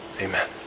Amen